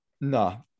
No